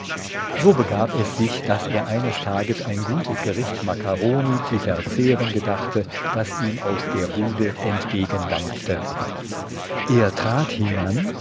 so begab es sich daß er eines tages ein gutes gericht makkaroni zu verzehren gedachte das ihm aus der bude entgegendampfte er trat hinan